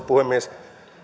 puhemies